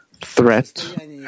threat